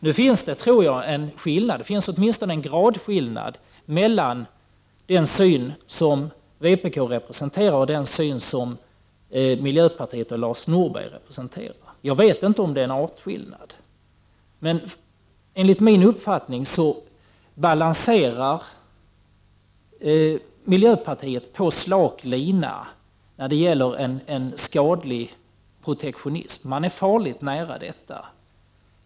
Nu finns det, tror jag, åtminstone en gradskillnad mellan den syn som vpk representerar och den syn som miljöpartiet och Lars Norberg representerar. Jag vet inte om det är en artskillnad. Enligt min uppfattning balanserar miljöpartiet på slak lina när det gäller en skadlig protektionism. Man är farligt nära detta.